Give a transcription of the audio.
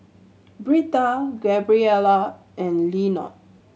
Britta Gabriela and Lenord